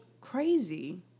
crazy